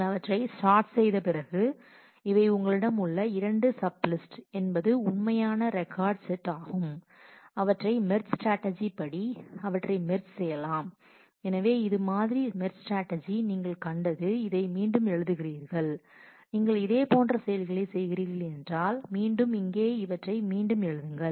நீங்கள் அவற்றை சாட் செய்த பிறகு இவை உங்களிடம் உள்ள இரண்டு சப் லிஸ்ட் என்பது உண்மை ஆன ரெக்கார்டு செட் ஆகும் அவற்றை மெர்ஜ் ஸ்ட்ராட்டஜி படி அவற்றை மெர்ஜ் செய்யலாம் எனவே இது மாதிரி மெர்ஜ் ஸ்ட்ராட்டஜி நீங்கள் கண்டது இதை மீண்டும் எழுதுகிறீர்கள் நீங்கள் இதே போன்ற செயல்களைச் செய்கிறீர்கள் மீண்டும் இங்கே அவற்றை மீண்டும் எழுதுங்கள்